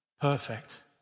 perfect